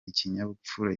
ikinyabupfura